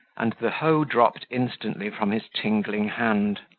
and the hoe dropped instantly from his tingling hand.